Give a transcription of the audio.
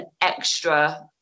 extra